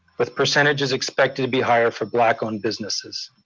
with percentages expected to be higher for black-owned businesses.